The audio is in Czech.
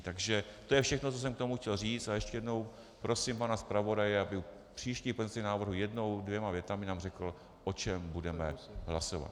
Takže to je všechno, co jsem k tomu chtěl říct, a ještě jednou prosím pana zpravodaje, aby u příštích pozměňovacích návrhů jednou dvěma větami nám řekl, o čem budeme hlasovat.